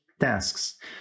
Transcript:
tasks